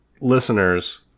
listeners